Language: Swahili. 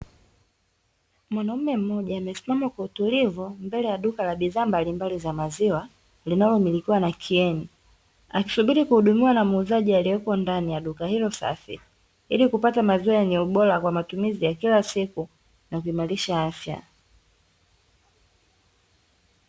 Mwanaume mmoja, amesimama kwa utulivu mbele ya duka la bidhaa mbalimbali za maziwa, linalomilikiwa na "Kien", akisubiri kuhudumiwa na muuzaji aliyeko ndani ya duka hilo safi, ili kupata maziwa yenye ubora kwa matumizi ya kila siku na kuimarisha afya.